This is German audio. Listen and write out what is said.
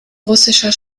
russischer